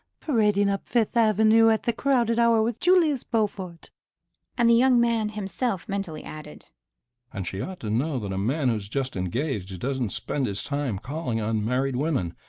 parading up fifth avenue at the crowded hour with julius beaufort and the young man himself mentally added and she ought to know that a man who's just engaged doesn't spend his time calling on married women.